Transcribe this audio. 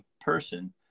person